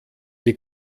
die